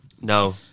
No